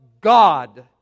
God